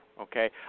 Okay